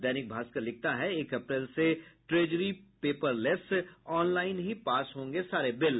दैनिक भास्कर लिखता है एक अप्रैल से ट्रेजरी पेपरलेस ऑनलाईन ही पास होंगे सारे बिल